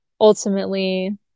ultimately